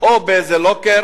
או באיזה לוקר